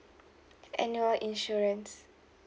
annual insurance